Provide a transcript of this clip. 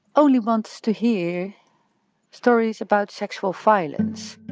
only wants to hear stories about sexual violence.